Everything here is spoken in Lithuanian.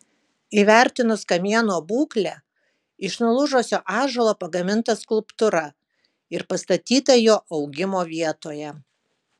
įvertinus kamieno būklę iš nulūžusio ąžuolo pagaminta skulptūra ir pastatyta jo augimo vietoje